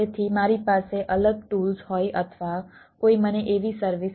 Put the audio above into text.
તેથી મારી પાસે અલગ ટૂલ્સ